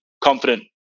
confident